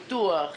פיתוח,